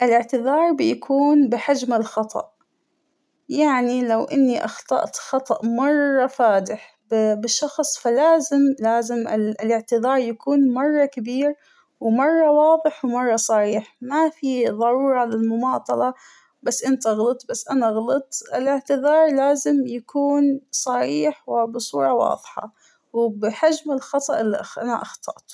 الأعتزار بيكون بحجم الخطأ ، يعنى لو إنى أخطأت خطأ مرة فادح بشخص ،فلازم لازم الإعتزار يكون مرة كبير ومرة واضح ومرة صريح ، ما فى ضرورة للمماطلة بس انت غلط أبس نا غلط ، الإعتزار لآزم يكون صريح وبصورة واضحة ، وبحجم الخطأ الى أنا أخطاته.